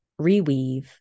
reweave